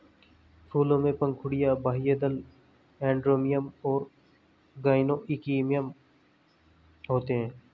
फूलों में पंखुड़ियाँ, बाह्यदल, एंड्रोमियम और गाइनोइकियम होते हैं